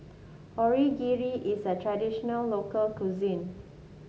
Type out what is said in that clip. Onigiri is a traditional local cuisine